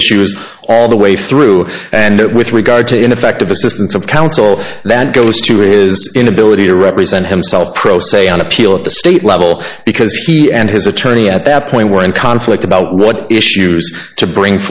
issues all the way through and with regard to ineffective assistance of counsel that goes to his inability to represent himself pro se on appeal at the state level because he and his attorney at that point were in conflict about what issues to bring